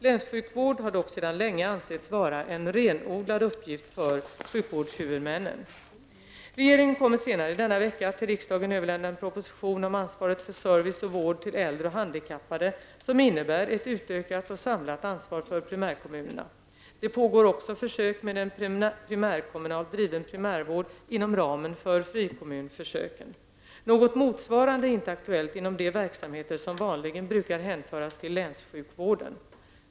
Länssjukvård har dock sedan länge ansetts vara en renodlad uppgift för sjukvårdshuvudmannen. Regeringen kommer senare i denna vecka att till riksdagen överlämna en proposition om ansvaret för service och vård till äldre och handikappade, som innebär ett utökat och samlat ansvar för primärkommunerna. Det pågår också försök med en primärkommunalt driven primärvård inom ramen för frikommunförsöken. Något motsvarande är inte aktuellt inom de verksamheter som vanligen brukar hänföras till länssjukvården.